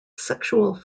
sexual